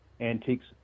antiques